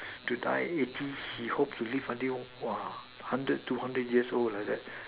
to die eighty he hope to live until !wah! a hundred two hundred years old like that